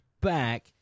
back